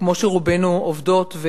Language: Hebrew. כמו שרובנו עובדות.